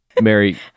Mary